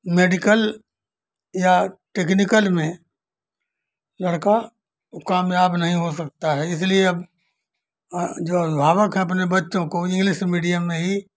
medical या technical में लड़का वो कामयाब नहीं हो सकता है इसलिए अब जो अभिभावक हैं अपने बच्चों को इंग्लिश मीडियम में ही